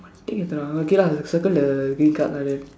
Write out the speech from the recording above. இப்படி கேட்குறான்:ippadi keetkuraan okay lah circle the green card lah then